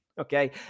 Okay